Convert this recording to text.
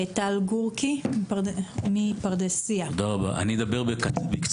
טל גורקי, ראש מועצת פרדסיה, בבקשה.